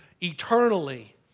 eternally